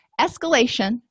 Escalation